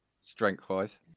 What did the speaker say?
strength-wise